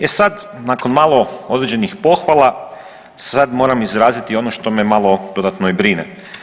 E sad, nakon malo određenih pohvala, sad moram izraziti ono što me malo dodatno i brine.